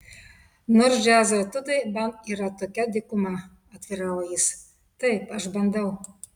nors džiazo etiudai man yra tokia dykuma atviravo jis taip aš bandau